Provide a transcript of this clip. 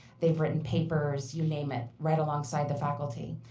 they've written papers, you name it, right alongside the faculty.